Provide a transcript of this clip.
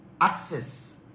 access